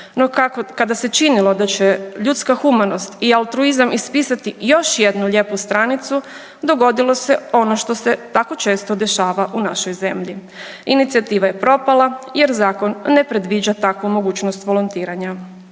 kada se činilo da će ljudska humanost i altruizam ispisati još jednu lijepu stranicu dogodilo se ono što se tako često dešava u našoj zemlji. Inicijativa je propala jer zakon ne predviđa takvu mogućnost volontiranja.